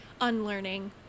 unlearning